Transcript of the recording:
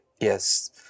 yes